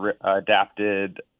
adapted